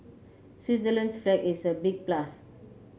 Switzerland's flag is a big plus